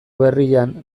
berrian